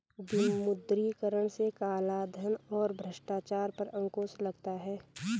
विमुद्रीकरण से कालाधन और भ्रष्टाचार पर अंकुश लगता हैं